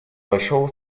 большого